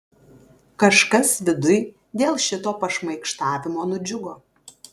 kažkas viduj dėl šito pašmaikštavimo nudžiugo